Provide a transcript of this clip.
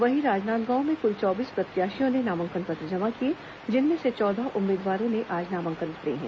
वहीं राजनांदगांव में कुल चौबीस प्रत्याशियों ने नामांकन पत्र जमा किए जिनमें से चौदह उम्मीदवारों ने आज नामांकन भरे हैं